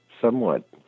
somewhat